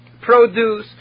produce